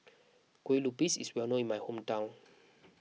Kueh Lupis is well known in my hometown